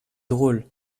drôle